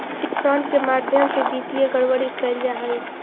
cheque fraud के माध्यम से वित्तीय गड़बड़ी कैल जा हइ